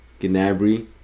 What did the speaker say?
Gnabry